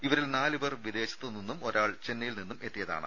ഇവരിൽ നാലുപേർ വിദേശത്തുനിന്നും ഒരാൾ ചെന്നൈയിൽ നിന്നും എത്തിയതാണ്